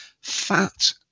fat